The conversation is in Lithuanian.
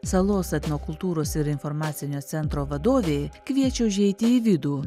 salos etnokultūros ir informacinio centro vadovė kviečia užeiti į vidų